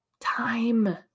time